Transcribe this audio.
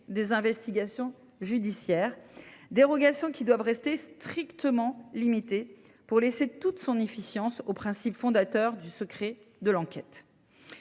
des investigations judiciaires, alors que ces dérogations doivent rester strictement limitées pour laisser toute son efficience au principe fondateur du secret de l’enquête.